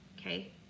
okay